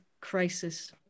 crisis